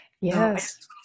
yes